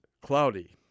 cloudy